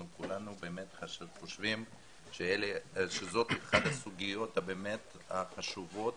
כולנו חושבים שזאת אחת הסוגיות באמת החשובות